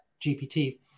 GPT